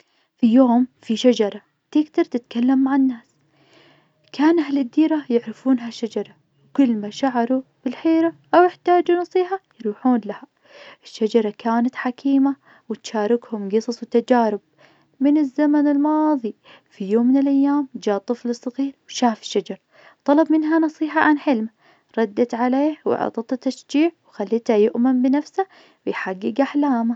في يوم في شجرة تقدر تتكلم مع الناس. كان أهل الديرة يعرفونها شجرة وكل ما شعروا بالحيرة أو احتاجوا نصيحة يروحون لها. الشجرة كانت حكيمة وتشاركهم قصص وتجارب من الزمن الماضي. في يوم من الأيام جاء طفل صغير وشاف الشجرة طلب منها نصيحة عن حلم ردت عليه وأعطته تشجيع وخليته يؤمن بنفسه ويحقق أحلامه.